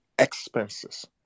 expenses